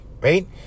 right